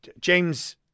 James